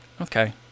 okay